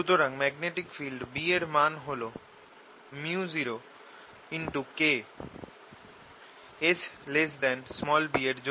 সুতরাং magnetic field B এর মান হল µ0K S b এর জন্য